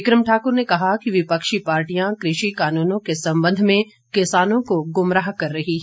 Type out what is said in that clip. बिक्रम ठाकुर ने कहा कि विपक्षी पार्टियां कृषि कानूनों के संबंध में किसानों को गुमराह कर रही हैं